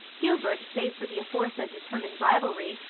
gilbert, save for the aforesaid determined rivalry,